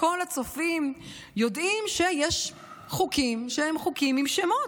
כל הצופים יודעים שיש חוקים שהם חוקים עם שמות.